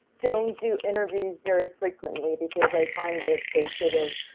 don't do interviews very frequently because i find they they sort of